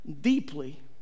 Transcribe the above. deeply